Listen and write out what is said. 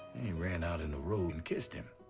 he ran out in the road and kissed him.